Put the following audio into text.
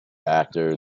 after